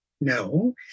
no